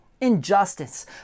Injustice